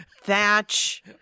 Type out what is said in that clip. thatch